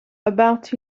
about